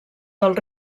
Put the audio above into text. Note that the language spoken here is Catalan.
del